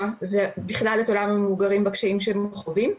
ובכלל את עולם המבוגרים בקשיים שהם חווים,